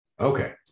Okay